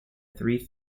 three